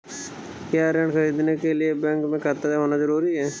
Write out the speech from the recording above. क्या ऋण ख़रीदने के लिए बैंक में खाता होना जरूरी है?